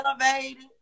elevated